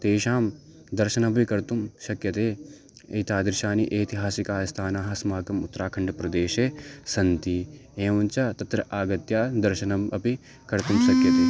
तेषां दर्शनपि कर्तुं शक्यते एतादृशानि ऐतिहासिकस्थानानि अस्माकम् उत्तराखण्डप्रदेशे सन्ति एवञ्च तत्र आगत्य दर्शनम् अपि कर्तुम्